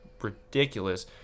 ridiculous